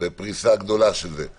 בפריסה גדולה של זה.